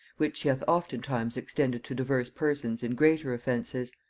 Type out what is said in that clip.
which she hath often times extended to divers persons in greater offences.